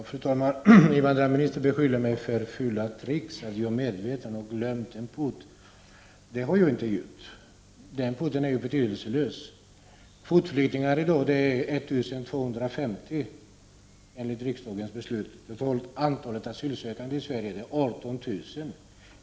Fru talman! Invandrarministern beskyller mig för fula tricks, att jag medvetet har glömt en port. Det har jag inte gjort. Den porten är betydelselös. Kvotflyktingarna är i dag 1250, enligt riksdagens beslut. Antalet asylsökande till Sverige är 18000.